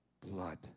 blood